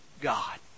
God